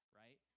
right